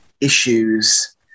issues